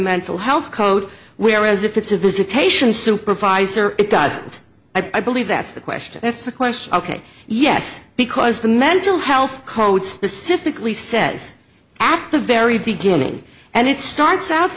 mental health code whereas if it's a visitation supervisor it doesn't i believe that's the question that's the question ok yes because the mental health code specifically says at the very beginning and it starts out